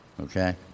okay